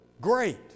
great